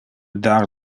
dar